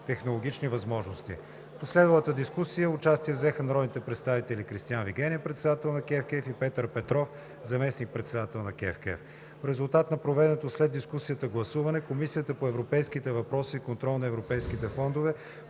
технологични възможности. В последвалата дискусия участие взеха народните представители Кристиан Вигенин – председател на КЕВКЕФ, и Петър Петров – заместник-председател на КЕВКЕФ. В резултат на проведеното след дискусията гласуване Комисията по европейските въпроси и контрол на европейските фондове